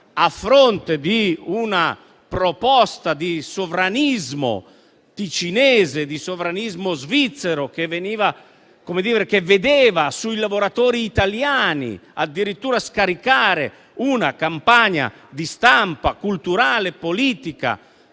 a fronte di una proposta di sovranismo ticinese, svizzero, che vedeva sui lavoratori italiani addirittura scaricare una campagna di stampa culturale e politica